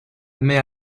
met